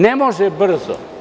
Ne može brzo.